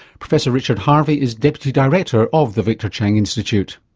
professor richard harvey is deputy director of the victor chang institute.